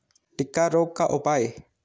टिक्का रोग का उपाय?